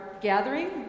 gathering